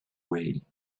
way